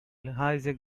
hijack